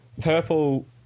purple